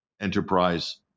enterprise